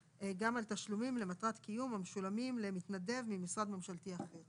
תשלומים למטרת קיום המשולמים למתנדב ממשרד ממשלתי אחר".